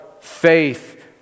faith